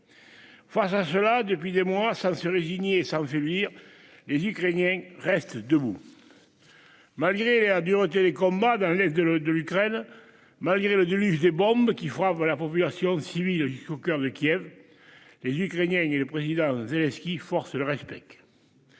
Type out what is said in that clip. Face à cela, depuis des mois, ça se résigner s'affaiblir les Ukrainiens reste debout. Malgré a dû retirer les combats dans l'est de l'le de l'Ukraine, malgré le déluge des bombes qui fera la population civile. Au coeur de Kiev. Les Ukrainiens et le président Zelensky, force le respect